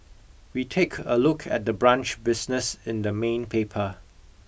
we take a look at the brunch business in the main paper